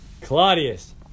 Claudius